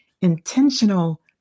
intentional